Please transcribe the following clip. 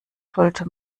sollte